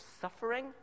suffering